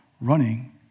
running